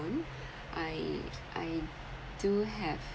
I I do have